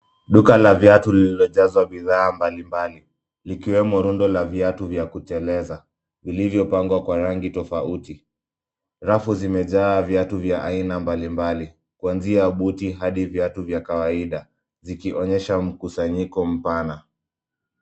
Duka la viatu lililojazwa bidhaa mbalimbali likiwemo rundo la viatu vya kuteleza vilivyopangwa kwa rangi tofauti. Rafu zimejaa viatu vya aina mbalimbali kuanzia buti hadi viatu vya kawaida zikionyesha mkusanyiko mpana.